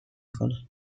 کند